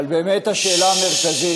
אבל באמת השאלה המרכזית,